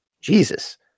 Jesus